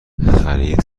خرید